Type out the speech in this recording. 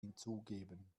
hinzugeben